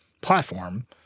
platform